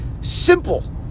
simple